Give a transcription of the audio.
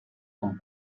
con